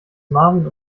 marvin